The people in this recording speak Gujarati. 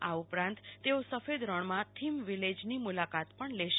આ ઉપરાંત તેઓ સફેદ રણમાં થીમ વિલેજની પણ મુલાકાત લેશે